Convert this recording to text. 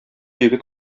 егет